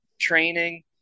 training